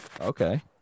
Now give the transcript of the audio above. Okay